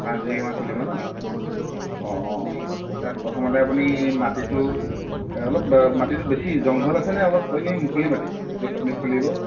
পাঁচ বিঘামান খুলিব ন' অঁ অঁ তাত প্ৰথমতে আপুনি মাটিটো অলপ মাটিটো বেছি জংঘল আছেনে অলপ এনে মুকলি মাটি য'ত আপুনি খুলিব